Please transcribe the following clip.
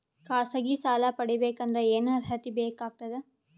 ಖಾಸಗಿ ಸಾಲ ಪಡಿಬೇಕಂದರ ಏನ್ ಅರ್ಹತಿ ಬೇಕಾಗತದ?